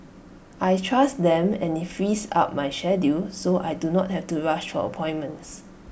I trust them and IT frees up my schedule so I do not have to rush of appointments